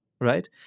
right